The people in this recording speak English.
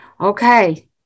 Okay